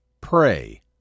Pray